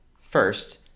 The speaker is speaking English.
First